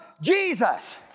Jesus